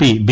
P B